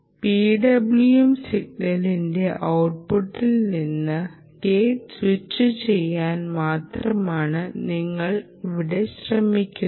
PWM സിഗ്നലിന്റെ ഔട്ട്പുട്ടിൽ നിന്ന് ഗേറ്റ് സ്വിച്ചുചെയ്യാൻ മാത്രമാണ് നിങ്ങൾ ഇവിടെ ശ്രമിക്കുന്നത്